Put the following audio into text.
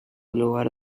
lugar